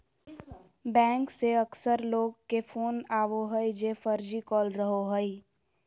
bank से अक्सर लोग के फोन आवो हइ जे फर्जी कॉल रहो हइ